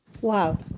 Wow